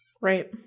Right